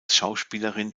schauspielerin